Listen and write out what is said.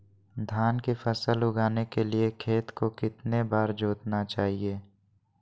धान की फसल उगाने के लिए खेत को कितने बार जोतना चाइए?